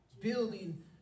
Building